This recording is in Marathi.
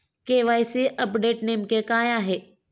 के.वाय.सी अपडेट नेमके काय आहे?